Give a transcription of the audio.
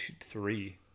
three